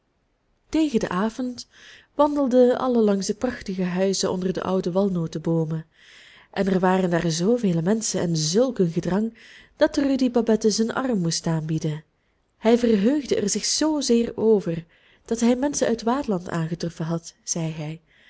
tegen den avond wandelden allen langs de prachtige huizen onder de oude walnoteboomen en er waren daar zoo vele menschen en zulk een gedrang dat rudy babette zijn arm moest aanbieden hij verheugde er zich zoozeer over dat hij menschen uit waadland aangetroffen had zei hij